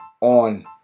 on